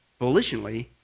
volitionally